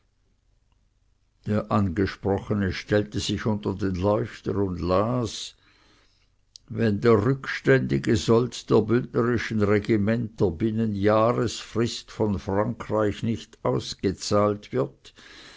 der angesprochene stellte sich unter den leuchter und las wenn der rückständige sold der bündnerischen regimenter binnen jahresfrist von frankreich nicht ausgezahlt wird